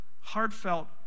heartfelt